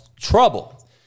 Trouble